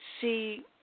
see